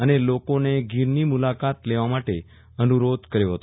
અને લોકોને ગીરની મુલાકાત લેવા માટે અનુરોધ કર્યો હતો